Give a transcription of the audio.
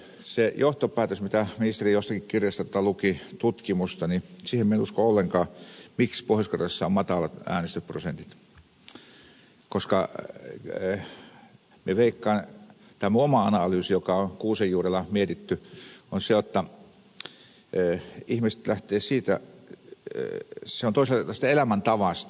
siihen johtopäätökseen mitä ministeri jostakin kirjasta luki tutkimusta minä en usko ollenkaan miksi pohjois karjalassa on matalat äänestysprosentit koska minun oma analyysini joka on kuusen juurella mietitty on se jotta ihmiset lähtevät toisaalta siitä elämäntavasta